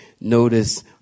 notice